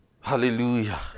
Hallelujah